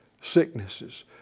sicknesses